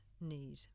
need